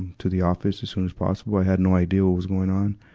to the office as soon as possible. i had no idea what was going on.